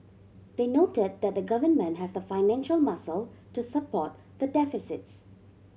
they noted that the Government has the financial muscle to support the deficits